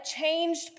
changed